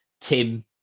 Tim